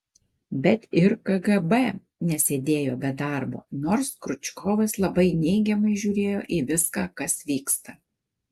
bet ir kgb nesėdėjo be darbo nors kriučkovas labai neigiamai žiūrėjo į viską kas vyksta